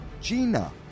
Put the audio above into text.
Gina